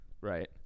Right